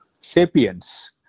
*Sapiens*